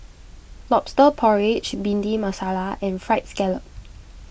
Lobster Porridge Bhindi Masala and Fried Scallop